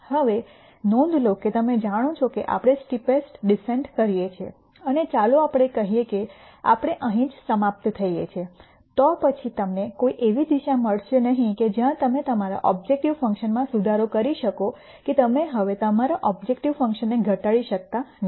હવે નોંધ લો કે તમે જાણો છો કે આપણે સ્ટીપેસ્ટ ડિસેન્ટ કર્યે છે અને ચાલો આપણે કહીએ કે આપણે અહીં જ સમાપ્ત થઈએ છીએ તો પછી તમને કોઈ એવી દિશા મળશે નહીં કે જ્યાં તમે તમારા ઓબ્જેકટીવ ફંકશન માં સુધારો કરી શકો કે તમે હવે તમારા ઓબ્જેકટીવ ફંકશન ને ઘટાડી શકતા નથી